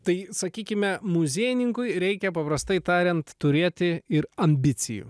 tai sakykime muziejininkui reikia paprastai tariant turėti ir ambicijų